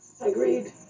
Agreed